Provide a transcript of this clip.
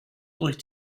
durch